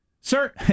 sir